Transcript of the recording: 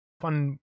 fun